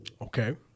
Okay